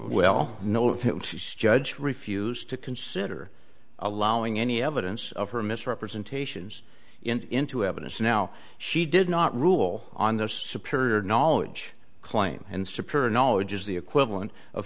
no judge refused to consider allowing any evidence of her misrepresentations into evidence now she did not rule on this superior knowledge claim and superior knowledge is the equivalent of